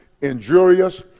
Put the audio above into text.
injurious